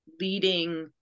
leading